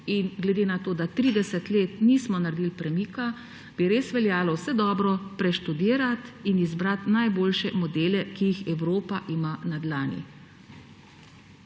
in glede na to, da 30 let nismo naredili premika, bi res veljalo vse dobro preštudirati in izbrati najboljše modele, ki jih Evropa ima na dlani.